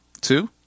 two